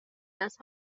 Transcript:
است